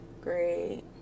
Great